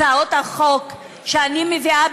הצעת החוק שאני מביאה,